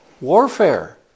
warfare